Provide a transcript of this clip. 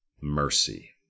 mercy